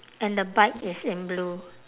and the bike is in blue